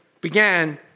began